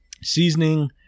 seasoning